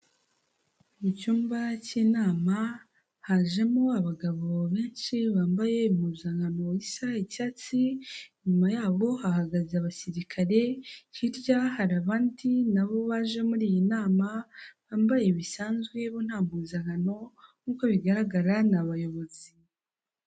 Mu cyumba cy'inama hajemo abagabo benshi bambaye impuzankano isa icyatsi, inyuma yabo hahagaze abasirikare, hirya hari abandi na bo baje muri iyi nama bambaye bisanzwe bo nta mpuzankano, nk'uko bigaragara ni abayobozi.